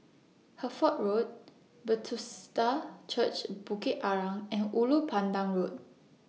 Hertford Road Bethesda Church Bukit Arang and Ulu Pandan Road